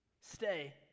stay